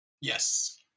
Yes